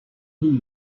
here